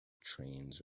trains